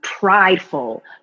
prideful